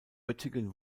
oettingen